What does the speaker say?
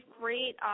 great